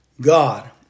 God